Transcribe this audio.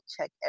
check